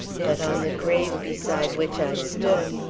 but on the grave beside which i stood,